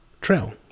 trail